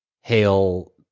Hail